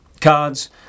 Cards